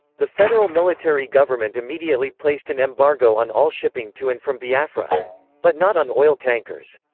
the federal military government immediately placed an embargo on all shipping to and from biafra but not on oil tankers.